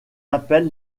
appelle